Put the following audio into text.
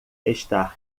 está